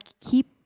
keep